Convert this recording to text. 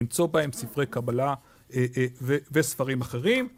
למצוא בהם ספרי קבלה וספרים אחרים